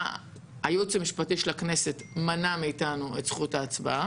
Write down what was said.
הייעוץ המשפטי של הכנסת מנע מאיתנו את זכות ההצבעה.